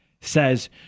says